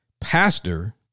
Pastor